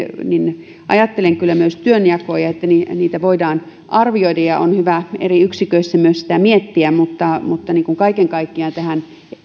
ajattelen kyllä myös työnjakoja niitä voidaan arvioida ja on hyvä eri yksiköissä myös niitä miettiä mutta mutta kaiken kaikkiaan tähän